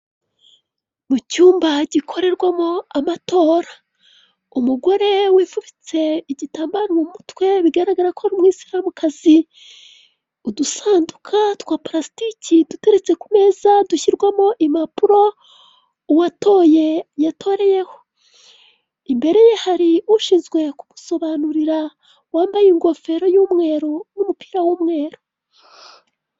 Mu cyumba gikorerwamo amatora, umugore wifubitse igitambaro mu mutwe bigaragara ko ari umwisiramu kazi. Udusanduku twa pulasitiki duteretse ku meza dushyirwamo impapuro uwatoye yatoreyeho. Imbere ye hari ushinzwe kugusobanurira wambaye ingofero y'umweru n'umupira w'umweru.